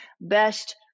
best